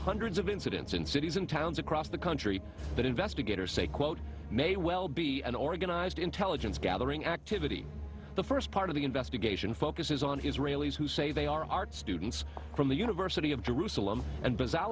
hundreds of incidents in cities and towns across the country that investigators say quote may well be an organize intelligence gathering activity the first part of the investigation focuses on israelis who say they are art students from the university of jerusalem and baza